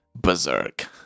Berserk